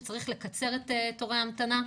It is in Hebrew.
שצריך לקצר את תורי ההמתנה,